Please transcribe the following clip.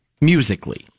musically